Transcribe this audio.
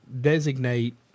designate